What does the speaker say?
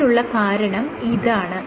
അതിനുള്ള കാരണം ഇതാണ്